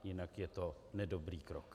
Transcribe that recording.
Jinak je to nedobrý krok.